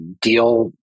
deal